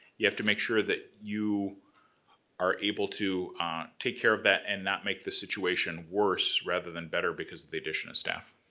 you have to make sure that you are able to take care of that and not make the situation worse rather than better because of the addition of staff.